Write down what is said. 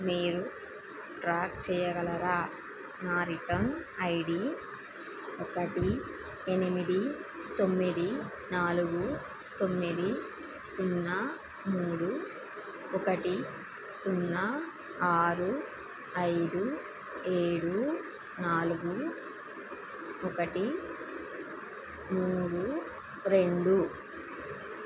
మీరు ట్రాక్ చేయగలరా నా రిటర్న్ ఐడి ఒకటి ఎనిమిది తొమ్మిది నాలుగు తొమ్మిది సున్నా మూడు ఒకటి సున్నా ఆరు ఐదు ఏడు నాలుగు ఒకటి మూడు రెండు